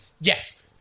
Yes